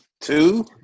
two